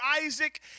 Isaac